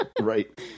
Right